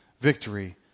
victory